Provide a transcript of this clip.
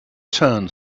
turn